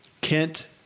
Kent